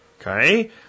Okay